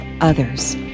others